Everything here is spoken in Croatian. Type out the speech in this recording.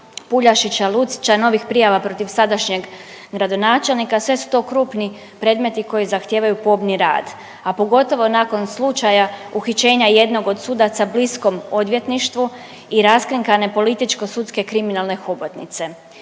Puljašića, Lucića, novih prijava protiv sadašnjeg gradonačelnika, sve su to krupni predmeti koji zahtijevaju pomni rad, a pogotovo nakon slučaja uhićenja jednog od sudaca bliskom odvjetništvu i raskrinkane političko sudske kriminalne hobotnice.